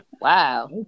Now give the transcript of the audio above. Wow